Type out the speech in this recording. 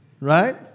right